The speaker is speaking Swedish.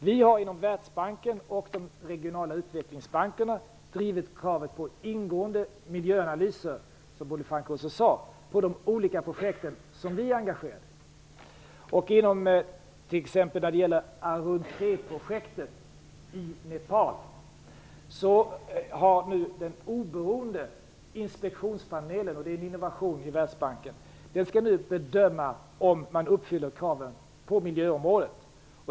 Vi har inom Världsbanken och i de regionala utvecklingsbankerna drivit kravet på ingående miljöanalyser, som Bodil Francke Ohlsson också sade, av de olika projekt som vi är engagerade i. Inom t.ex. Arunprojektet i Nepal skall nu den oberoende inspektionspanelen - och det är en innovation i Världsbanken - bedöma om man uppfyller kraven på miljöområdet.